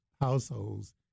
households